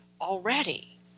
already